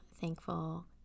thankful